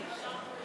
תודה רבה לך.